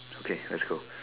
okay let's go